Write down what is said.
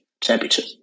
Championship